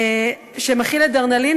שמכיל אדרנלין.